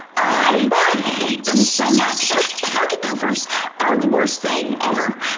i hate them so much. pocket gophers are the worst thing ever.